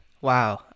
Wow